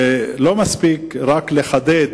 ולא מספיק רק לחדד